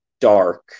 dark